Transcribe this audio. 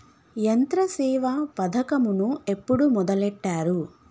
యంత్రసేవ పథకమును ఎప్పుడు మొదలెట్టారు?